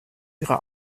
ihrer